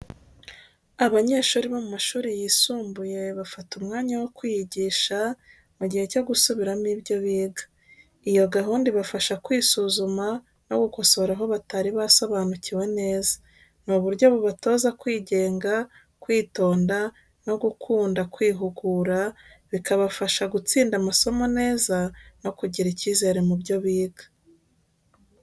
Abanyeshuri bo mu mashuri yisumbuye bafata umwanya wo kwiyigisha, mu gihe cyo gusubiramo ibyo biga. Iyo gahunda ibafasha kwisuzuma no gukosora aho batari basobanukiwe neza. Ni uburyo bubatoza kwigenga, kwitonda no gukunda kwihugura, bikabafasha gutsinda amasomo neza no kugira icyizere mu byo biga.